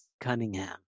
Cunningham